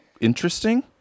interesting